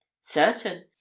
certain